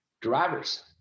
Drivers